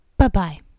Bye-bye